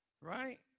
Right